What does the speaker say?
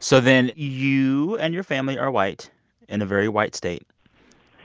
so then you and your family are white in a very white state